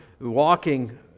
walking